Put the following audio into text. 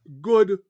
good